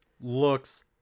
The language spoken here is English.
looks